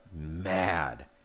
mad